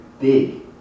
big